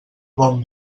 bon